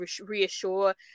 reassure